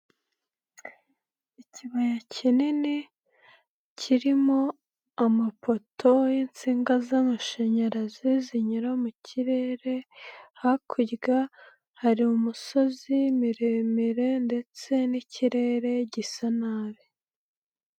Ikibaya kinini kirimo amapoto y'insinga z'amashanyarazi zinyura mu kirere hakurya hari umusozi miremire ndetse n'ikirere gisa nabi.